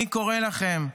אני קורא לכם,